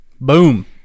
Boom